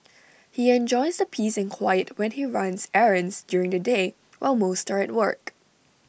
he enjoys the peace and quiet when he runs errands during the day while most are at work